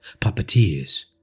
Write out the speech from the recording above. puppeteers